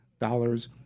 dollars